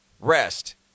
Rest